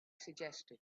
suggested